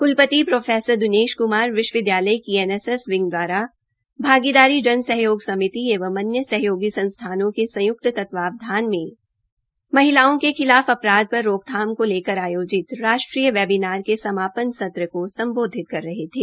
क्लपति प्रो दिनेश क्मार विश्वविद्यालय की एनएसएस विंग द्वारा भागीदारी जन सहयोग समिति एवं अन्य सहयोगी संस्थानों के संय्क्त तत्वावधान में महिलाओं के खिलाफ अपराध पर रोकथाम को लेकर आयोजित राष्ट्रीय वेबिनार के समापन सत्र को संबोधित कर रहे थे